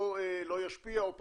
או שזה לא ישפיע או פחות?